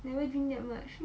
never drink that much